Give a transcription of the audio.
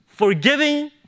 Forgiving